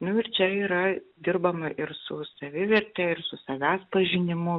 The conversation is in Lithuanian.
nu ir čia yra dirbama ir su saviverte ir su savęs pažinimu